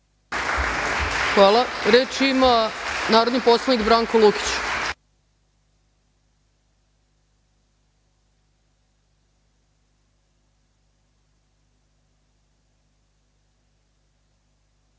Hvala. Reč ima narodni poslanik Branko Lukić.